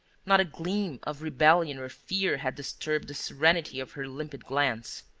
not a gleam of rebellion or fear had disturbed the serenity of her limpid glance.